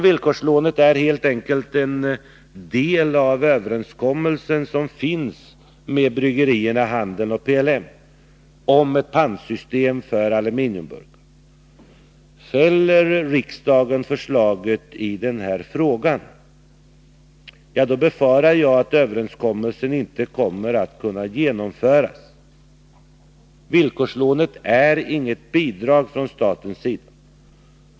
Villkorslånet är helt enkelt en del av den överenskommelse som finns med bryggerierna, handeln och PLM om ett pantsystem för aluminiumburkar. Jag befarar att överenskommelsen inte kommer att kunna genomföras, om riksdagen fäller förslaget i denna fråga. Villkorslånet är som sagt inget bidrag från statens sida.